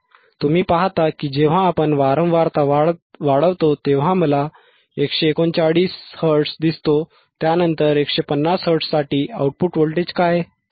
तुम्ही पाहता की जेव्हा आपण वारंवारता वाढवतो तेव्हा मला 139 हर्ट्झ दिसतो त्यानंतर 150 हर्ट्झसाठी आउटपुट व्होल्टेज काय